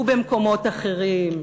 הוא במקומות אחרים,